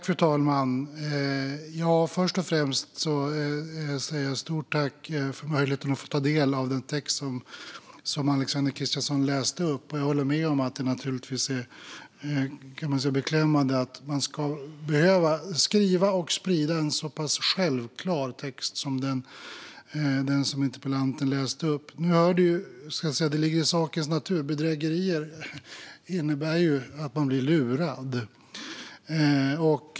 Fru talman! Först och främst vill jag säga ett stort tack för möjligheten att få ta del av den text som Alexander Christiansson läste upp. Jag håller med om att det naturligtvis är beklämmande att man ska behöva skriva och sprida en så pass självklar text som den som interpellanten läste upp. Bedrägerier innebär att man blir lurad.